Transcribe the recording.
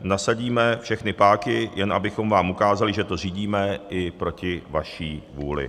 Nasadíme všechny páky, jen abychom vám ukázali, že to řídíme i proti vaší vůli.